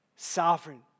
Sovereign